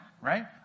right